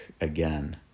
again